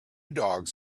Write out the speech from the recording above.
dogs